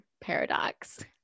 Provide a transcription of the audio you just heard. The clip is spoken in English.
paradox